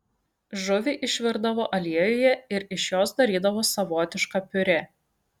žuvį išvirdavo aliejuje ir iš jos darydavo savotišką piurė